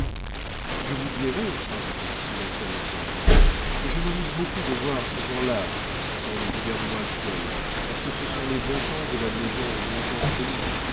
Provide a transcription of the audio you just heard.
je vous dirai ajoutait-il en s'adressant à moi que je m'amuse beaucoup de voir ces gens-là dans le gouvernement actuel parce que ce sont les bontemps de la maison bontemps chenut